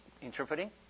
interpreting